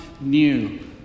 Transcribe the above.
new